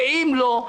ואם לא,